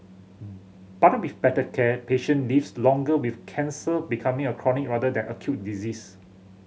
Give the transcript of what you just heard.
but with better care patient lives longer with cancer becoming a chronic rather than acute disease